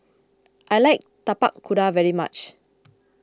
I like Tapak Kuda very much